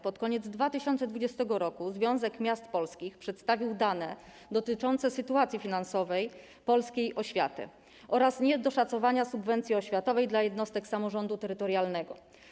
Pod koniec 2020 r. Związek Miast Polskich przedstawił dane dotyczące sytuacji finansowej polskiej oświaty oraz niedoszacowania subwencji oświatowej dla jednostek samorządu terytorialnego.